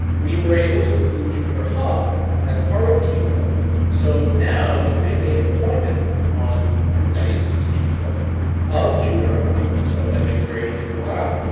we were able to include jupiter hub as part of kubeflow, so now you can make a deployment on kubernetes using kubeflow of jupiter hub. so that makes it very easy to roll out.